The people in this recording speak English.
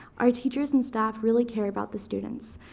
our teachers and staff really care about the students.